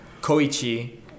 Koichi